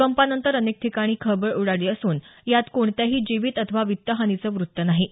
भूकंपानंतर अनेक ठिकाणी खळबळ उडाली असून यात कोणत्याही जीवित अथवा वित्तहानीचं व्रत्त नाही